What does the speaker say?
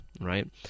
right